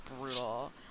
brutal